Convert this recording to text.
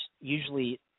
usually –